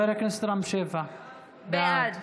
בעד